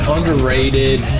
Underrated